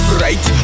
right